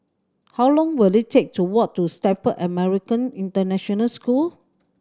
how long will it take to walk to Stamford American International School